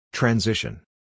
Transition